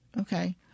Okay